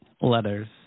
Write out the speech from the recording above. Letters